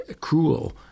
cruel